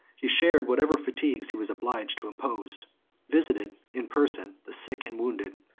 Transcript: he shared whatever fatigues he was obliged to impose visited, in person, the sick and wounded,